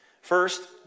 First